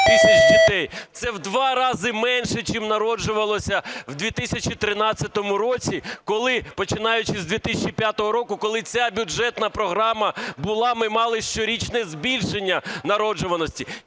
Це у два рази менше чим народжувалося у 2013 році, коли, починаючи з 2005 року, коли ця бюджетна програма була, ми мали щорічне збільшення народжуваності.